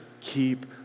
keep